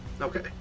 Okay